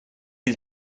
his